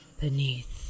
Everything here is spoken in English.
beneath